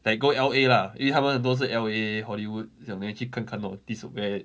like go L_A lah 因为他们很多是 L_A hollywood 想 meh 去看看 lor this or bad